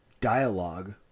dialogue